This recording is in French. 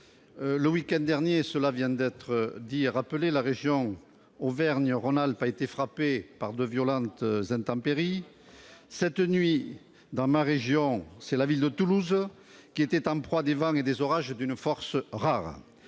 Le week-end dernier, cela vient d'être rappelé, la région Auvergne-Rhône-Alpes a été frappée par de violentes intempéries. Cette nuit, dans ma région, c'est la ville de Toulouse qui était en proie à des vents et des orages d'une force rare.